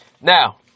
Now